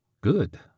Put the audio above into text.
Good